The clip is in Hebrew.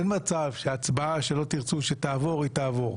אין מצב שהצבעה שתרצו שתעבור לא תעבור,